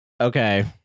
Okay